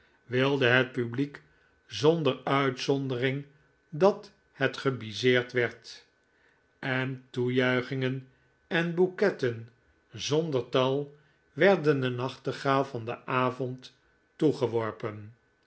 wilde het publiek zonder uitzondering dat het gebisseerd werd en toejuichingen en bouquetten zonder tal werden de nachtegaal van den avond